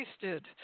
tasted